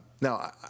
Now